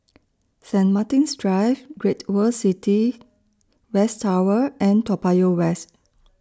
Saint Martin's Drive Great World City West Tower and Toa Payoh West